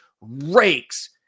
rakes